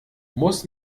muss